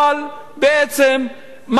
אבל בעצם,